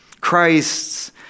Christ's